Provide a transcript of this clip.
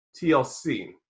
TLC